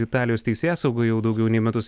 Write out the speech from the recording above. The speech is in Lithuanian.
italijos teisėsauga jau daugiau nei metus